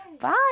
bye